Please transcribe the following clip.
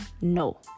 No